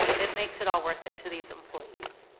it makes it all worth it to these employees.